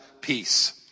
Peace